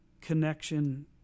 connection